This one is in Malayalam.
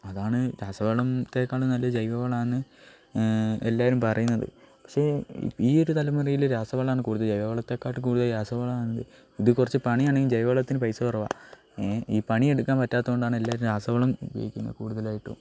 അതാണ് രാസവളത്തേക്കാളും നല്ലത് ജൈവവളമാണെന്ന് എല്ലാവരും പറയുന്നത് പക്ഷെ ഈ ഒരു തലമുറയിൽ രാസവളമാണ് കൂടുതൽ ജൈവളത്തേക്കാട്ടിയും കൂടുതൽ രാസവളമാണത് ഇത് കുറച്ച് പണിയാണെങ്കിൽ ജൈവളത്തിന് പൈസ കുറവാണ് ഈ പണിയെടുക്കാൻ പറ്റാത്തതുകൊണ്ടാണ് എല്ലാവരും രാസവളം ഉപയോഗിക്കുന്നത് കൂടുതലായിട്ടും